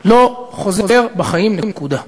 לא חוזר בחיים, נקודה.